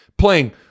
playing